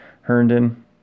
Herndon